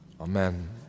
Amen